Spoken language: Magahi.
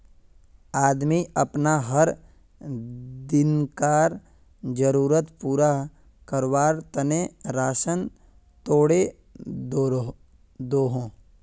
आदमी अपना हर दिन्कार ज़रुरत पूरा कारवार तने राशान तोड़े दोहों